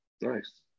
nice